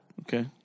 Okay